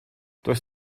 does